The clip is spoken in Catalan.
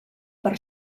per